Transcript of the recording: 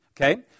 Okay